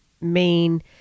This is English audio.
main